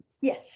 Yes